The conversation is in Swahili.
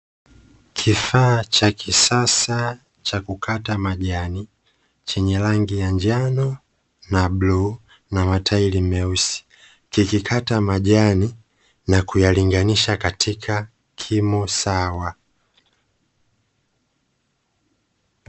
Kifaa cha kisasa cha kukata majani, chenye rangi ya njano na bluu, na matairi meusi; kikikata majani na kuyalinganisha katika kimo sawa.